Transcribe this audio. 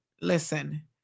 listen